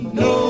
no